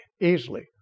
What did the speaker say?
easily